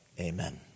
Amen